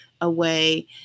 away